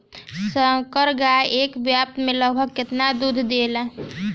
संकर गाय एक ब्यात में लगभग केतना दूध देले?